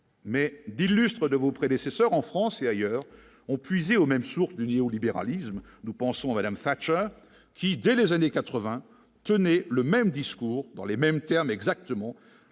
mais des lustres de vos prédécesseurs en France et ailleurs ont puisé aux mêmes sources du néolibéralisme nous pensons madame Fathia, qui dès les années 80, tenez le même discours dans les mêmes termes exactement